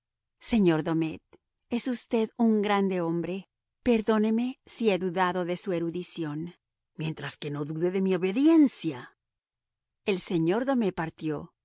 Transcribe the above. cerrajería señor domet es usted un grande hombre perdóneme si he dudado de su erudición mientras que no dude de mi obediencia el señor domet partió